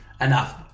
enough